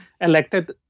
elected